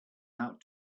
out